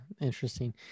Interesting